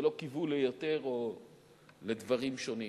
ולא קיוו ליותר או לדברים שונים.